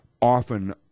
Often